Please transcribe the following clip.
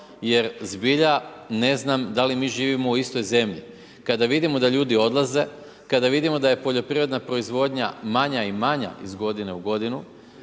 jer zbilja ne znam da li mi mislimo u istoj zemlji kada vidimo da ljudi odlaze, kada vidimo da je poljoprivredna proizvodnja manja i manja iz godine u godinu.